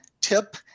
tip